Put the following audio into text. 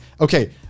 okay